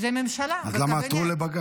זה הממשלה, הקבינט.